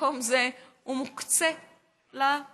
במקום זה, הוא מוקצה לפוליטיקאים.